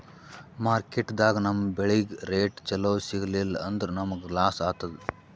ಮಾರ್ಕೆಟ್ದಾಗ್ ನಮ್ ಬೆಳಿಗ್ ರೇಟ್ ಚೊಲೋ ಸಿಗಲಿಲ್ಲ ಅಂದ್ರ ನಮಗ ಲಾಸ್ ಆತದ್